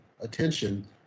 attention